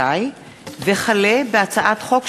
וכלה בהצעת חוק